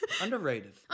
Underrated